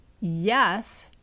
yes